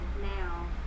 now